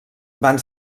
van